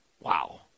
Wow